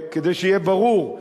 כדי שיהיה ברור,